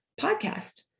podcast